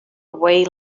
away